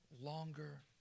longer